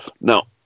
Now